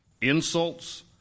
insults